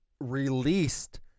released